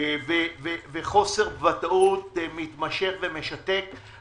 וחוסר ודאות מתמשך ומשתק,